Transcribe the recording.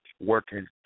working